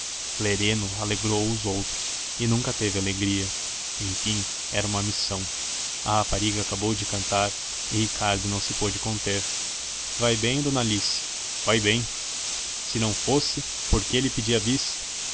lereno alegrou os outros e nunca teve alegria enfim era uma missão a rapariga acabou de cantar e ricardo não se pôde conter vai bem dona alice vai bem se não fosse por que eu lhe pedia bis